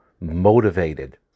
motivated